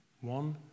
one